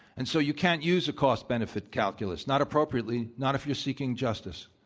and so you can't use a cost benefit calculus, not appropriately, not if you're seeking justice.